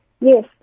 Yes